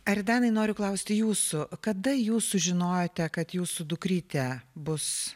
aridanai noriu klausti jūsų kada jūs sužinojote kad jūsų dukrytė bus